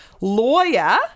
Lawyer